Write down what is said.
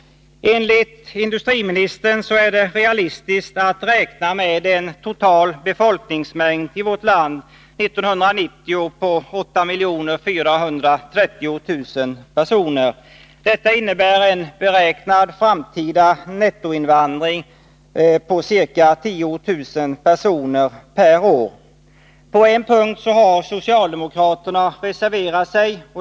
Enligt industriministern är det realistiskt att räkna med en total befolkningsmängd i vårt land 1990 på 8 430 000 personer. Detta innebär en beräknad framtida nettoinvandring på ca 10 000 personer per år. På en punkt har socialdemokraterna reserverat sig.